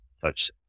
touch